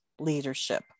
leadership